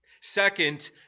Second